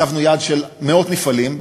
הצבנו יעד של מאות מפעלים,